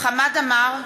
חמד עמאר,